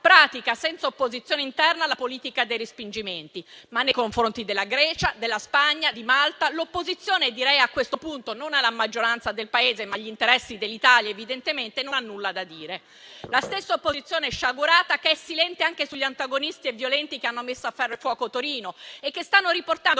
senza opposizione interna, la politica dei respingimenti. Nei confronti della Grecia, della Spagna e di Malta, però, l'opposizione - direi, a questo punto non alla maggioranza del Paese, ma agli interessi dell'Italia, evidentemente - non ha nulla da dire. La stessa opposizione sciagurata è silente anche sugli antagonisti e i violenti che hanno messo a ferro e fuoco Torino e che stanno portando